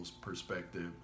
perspective